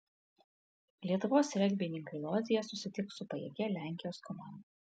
lietuvos regbininkai lodzėje susitiks su pajėgia lenkijos komanda